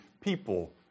people